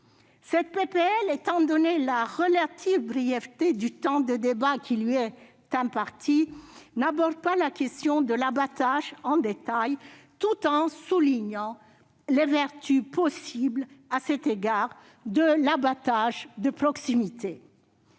de loi, étant donné la relative brièveté du temps de débat qui lui est imparti, n'aborde pas en détail la question de l'abattage, tout en soulignant les vertus possibles de l'abattage de proximité.